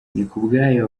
nikubwayo